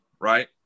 right